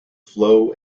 flow